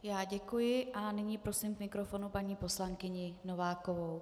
Já děkuji a nyní prosím k mikrofonu paní poslankyni Novákovou.